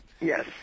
Yes